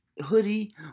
hoodie